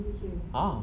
ah